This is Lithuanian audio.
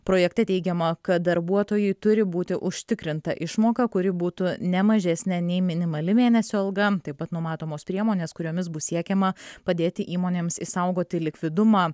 projekte teigiama kad darbuotojui turi būti užtikrinta išmoka kuri būtų ne mažesnė nei minimali mėnesio alga taip pat numatomos priemonės kuriomis bus siekiama padėti įmonėms išsaugoti likvidumą